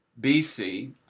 BC